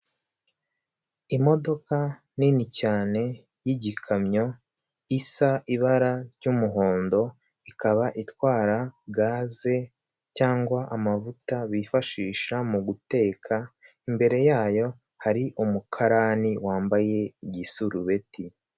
Imodoka nini cyane y'igikamyo, isa ibara ry'umuhondo; ikaba itwara gaze cyangwa amavuta bifashisha mu guteka, imbere yayo hari umukarani wambaye igisurubeti.